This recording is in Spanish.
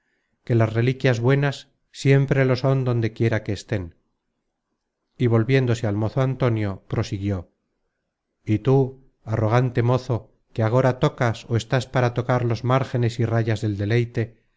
que las reliquias buenas siempre lo son donde quiera que estén y volviéndose al tocas ó estás para tocar los márgenes y rayas del deleite